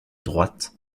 droite